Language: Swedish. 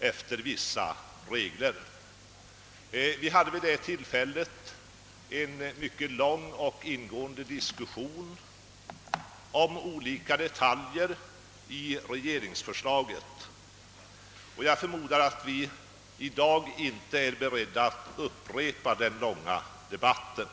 Vi diskuterade vid det tillfället mycket ingående olika detaljer i regeringsförslaget, och jag förmodar att vi i dag inte är beredda att upprepa den långa debatten.